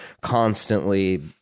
constantly